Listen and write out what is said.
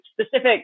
specific